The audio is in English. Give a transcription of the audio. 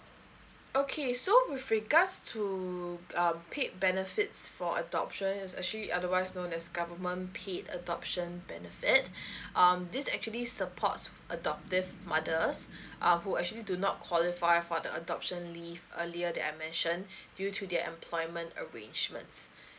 okay so with regards to uh paid benefits for adoption is actually otherwise known as government paid adoption benefit um this actually supports adoptive mothers uh who actually do not qualify for the adoption leave earlier that I mentioned due to their employment arrangements